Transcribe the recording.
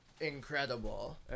incredible